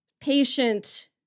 patient